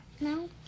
No